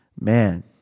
man